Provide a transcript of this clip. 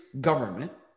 government